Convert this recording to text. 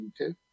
okay